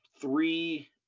three